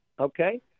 okay